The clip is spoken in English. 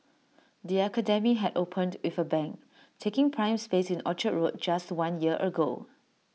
the academy had opened with A bang taking prime space in Orchard road just one year ago